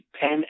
pen